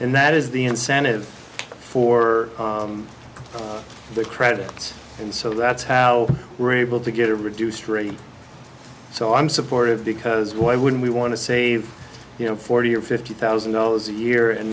and that is the incentive for the credits and so that's how we're able to get a reduced rate so i'm supportive because why wouldn't we want to save you know forty or fifty thousand dollars a year and